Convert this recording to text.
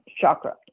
chakra